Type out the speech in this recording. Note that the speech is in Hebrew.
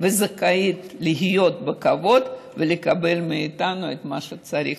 וזכאית לחיות בכבוד ולקבל מאיתנו את מה שצריך.